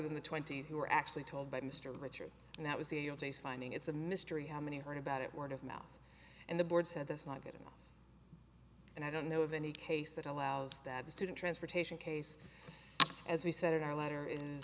than the twenty who were actually told by mr richard and that was the old days finding it's a mystery how many heard about it word of mouth and the board said that's not good enough and i don't know of any case that allows that student transportation case as we said in our letter i